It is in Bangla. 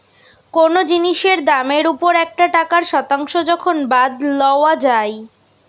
কোনো জিনিসের দামের ওপর একটা টাকার শতাংশ যখন বাদ লওয়া যাই